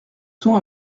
ton